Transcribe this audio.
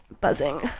buzzing